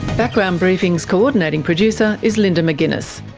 background briefing's co-ordinating producer is linda mcginness,